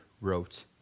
wrote